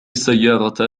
السيارة